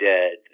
Dead